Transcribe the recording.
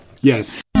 Yes